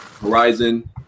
Horizon